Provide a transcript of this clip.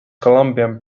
columbian